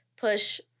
push